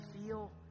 feel